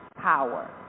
power